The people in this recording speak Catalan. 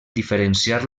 diferenciar